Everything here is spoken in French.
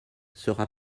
sera